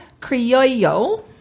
Criollo